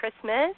Christmas